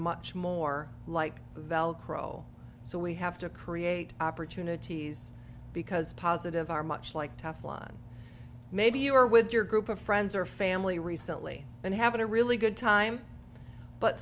much more like velcro so we have to create opportunities because positive are much like tough line maybe you are with your group of friends or family recently and have a really good time but